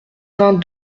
vingt